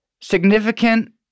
significant